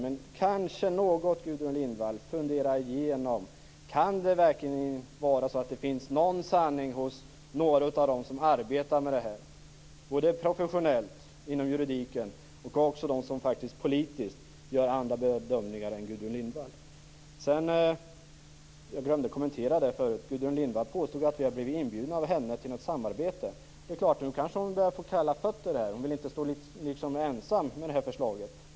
Men kanske kunde Gudrun Lindvall något fundera igenom om det verkligen inte kan finnas någon sanning hos några av dem som arbetar med dessa frågor professionellt inom juridiken och hos dem som politiskt gör andra bedömningar än Gudrun Sedan en sak som jag tidigare glömde att kommentera. Gudrun Lindvall har påstått att vi blivit inbjudna av henne till ett samarbete. Men nu börjar hon kanske få kalla fötter här. Hon vill inte stå ensam med det här förslaget.